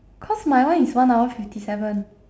cause my one is one hour fifty seven